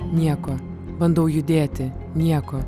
nieko bandau judėti nieko